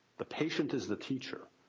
the patient is the teacher,